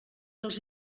dels